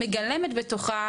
היא מגלמת בתוכה